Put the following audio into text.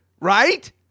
Right